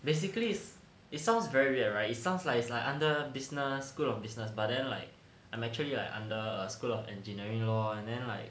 basically is it sounds very weird right it sounds like it's like under business school of business but then like I'm actually like under school of engineering lor and then like